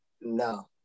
no